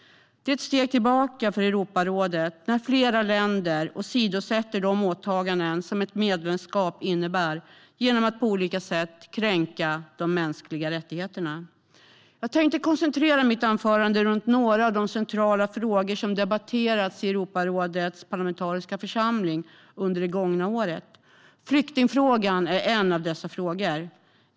Det är ett steg tillbaka för Europarådet när flera länder åsidosätter de åtaganden som ett medlemskap innebär genom att på olika sätt kränka de mänskliga rättigheterna. Jag tänkte i mitt anförande koncentrera mig på några av de centrala frågor som debatterats i Europarådets parlamentariska församling under det gångna året. Flyktingfrågan är en av dessa frågor.